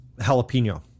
jalapeno